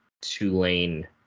Tulane